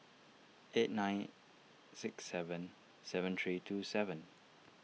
eight nine six seven seven three two seven